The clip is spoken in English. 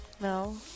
No